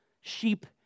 sheep